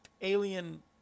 alien